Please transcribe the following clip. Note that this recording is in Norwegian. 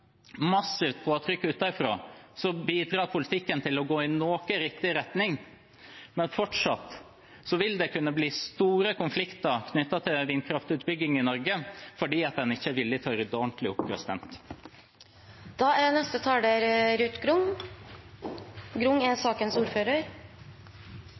massivt påtrykk utenfra som bidrar til at politikken går noe i riktig retning – at det fortsatt vil kunne bli store konflikter knyttet til vindkraftutbygging i Norge, fordi en ikke er villig til å rydde ordentlig opp. Jeg må dessverre svare komitélederen. Det er